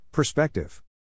Perspective